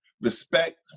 Respect